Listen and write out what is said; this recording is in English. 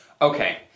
Okay